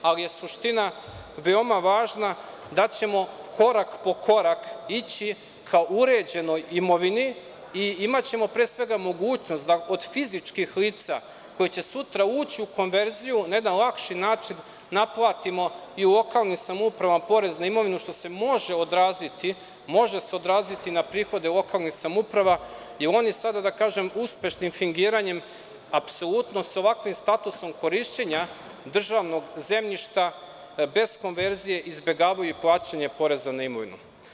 Ali, suština je veoma važna, da ćemo korak po korak ići ka uređenoj imovini i imaćemo pre svega mogućnost da od fizičkih lica, koja će sutra ući u konverziju, na jedan lakši način naplatimo i u lokalnim samoupravama porez na imovinu, što se može odraziti na prihode lokalnih samouprava, jer oni sada, da tako kažem, uspešnim fingiranjem apsolutno sa ovakvim statusom korišćenja državnog zemljišta bez konverzije izbegavaju plaćanje poreza na imovinu.